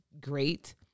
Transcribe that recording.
great